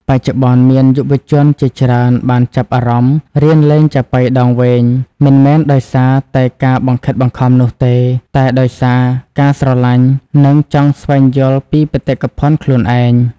បច្ចុប្បន្ន មានយុវជនជាច្រើនបានចាប់អារម្មណ៍រៀនលេងចាប៉ីដងវែង មិនមែនដោយសារតែការបង្ខិតបង្ខំនោះទេ តែដោយសារ ការស្រលាញ់ និងចង់ស្វែងយល់ពីបេតិកភណ្ឌខ្លួនឯង។